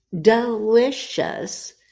delicious